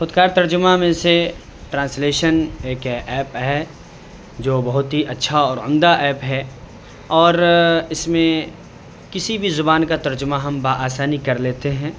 خودکار ترجمہ میں سے ٹرانسلیشن ایک ایپ ہے جو بہت ہی اچھا اور عمدہ ایپ ہے اور اس میں کسی بھی زبان کا ترجمہ ہم بآسانی کر لیتے ہیں